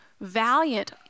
Valiant